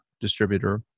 distributor